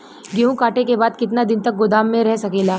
गेहूँ कांटे के बाद कितना दिन तक गोदाम में रह सकेला?